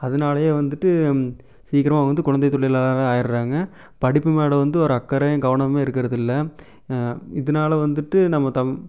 அதனாலையே வந்துட்டு சீக்கிரமா வந்து கொழந்தை தொழிலாளராக ஆயிடறாங்க படிப்பு மேல் வந்து ஒரு அக்கறை ஒரு கவனமும் இருக்கிறது இல்லை இதனால் வந்துட்டு நம்ம தமிழ்